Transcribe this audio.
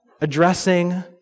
addressing